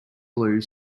blue